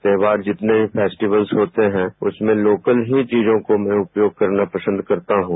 त्यौहार जितने फैंस्टिवल्स होते हैं उसमें लोकल ही चीजों को मैं उपयोग करना पंसद करता हूं